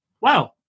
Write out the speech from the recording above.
wow